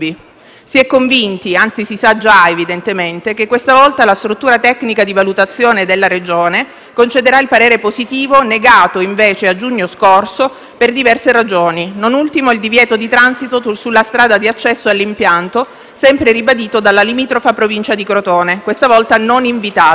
Si è convinti - anzi si sa già, evidentemente - che questa volta la struttura tecnica di valutazione della Regione concederà il parere positivo, negato invece a giugno scorso per diverse ragioni, non ultimo il divieto di transito sulla strada di accesso all'impianto sempre ribadito dalla limitrofa Provincia di Crotone, questa volta non invitata.